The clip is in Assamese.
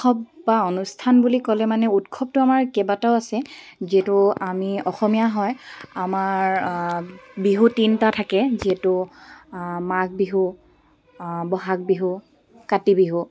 উৎসৱ বা অনুষ্ঠান বুলি ক'লে মানে উৎসৱটো আমাৰ কেইবাটাও আছে যিহেতু আমি অসমীয়া হয় আমাৰ বিহু তিনটা থাকে যিহেতু মাঘ বিহু বহাগ বিহু কাতি বিহু